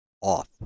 off